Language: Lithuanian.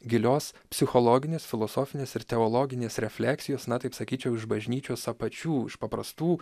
gilios psichologinės filosofinės ir teologinės refleksijos na taip sakyčiau iš bažnyčios apačių iš paprastų